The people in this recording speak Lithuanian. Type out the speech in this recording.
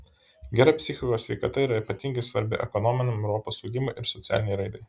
gera psichikos sveikata yra ypatingai svarbi ekonominiam europos augimui ir socialinei raidai